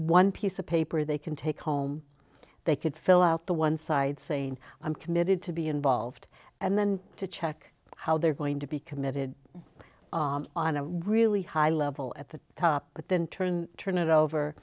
one piece of paper they can take home they could fill out the one side saying i'm committed to be involved and then to check how they're going to be committed on a really high level at the top but then turn turn it over